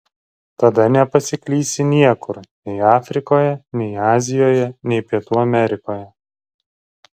tada nepasiklysi niekur nei afrikoje nei azijoje nei pietų amerikoje